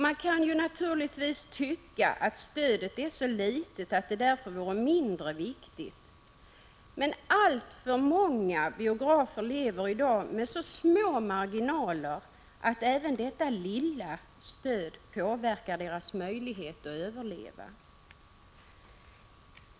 Man kan ju naturligtvis tycka att stödet är så litet att det därför vore mindre viktigt. Men alltför många biografer lever i dag med så små marginaler att även detta ”lilla” stöd påverkar deras möjlighet att överleva.